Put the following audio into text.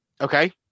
Okay